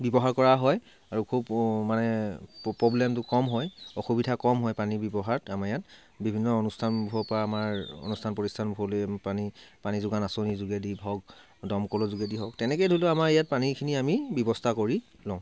ব্যৱহাৰ কৰা হয় আৰু খুব মানে প্ৰব্লেমটো কম হয় অসুবিধা কম হয় পানী ব্যৱহাৰত আমাৰ ইয়াত বিভিন্ন অনুষ্ঠানবোৰৰ পৰা আমাৰ অনুষ্ঠান প্ৰতিষ্ঠানবোৰলৈ আমি পানী পানী যোগান আঁচনিৰ যোগেদি হওক দমকলৰ যোগেদি হওক তেনেকৈ ধৰি লওক আমাৰ ইয়াত পানীখিনি আমি ব্যৱস্থা কৰি লওঁ